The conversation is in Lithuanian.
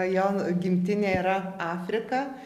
jo gimtinė yra afrika